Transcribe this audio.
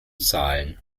zahlen